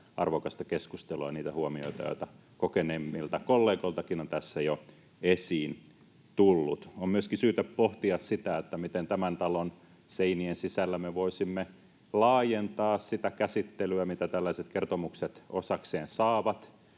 arvokasta keskustelua ja niitä huomioita, joita kokeneemmilta kollegoiltakin on tässä jo esiin tullut. On myöskin syytä pohtia, miten me tämän talon seinien sisällä voisimme laajentaa sitä käsittelyä, mitä tällaiset kertomukset osakseen saavat.